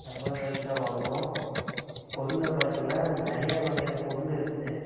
எண்பதுருபாய்க்கு தான் வாங்குவோம் பொருளை பார்த்திங்கனா நிறையா வகையான பொருள் இருக்குது